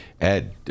Ed